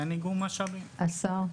השר,